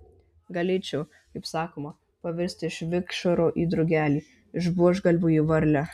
galėčiau kaip sakoma pavirsti iš vikšro į drugelį iš buožgalvio į varlę